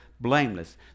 blameless